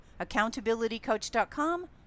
accountabilitycoach.com